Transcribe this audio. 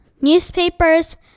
newspapers